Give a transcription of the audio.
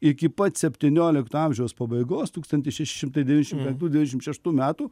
iki pat septyniolikto amžiaus pabaigos tūkstantis šeši šimtai devynšim penktų devynšim šeštų metų